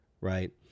right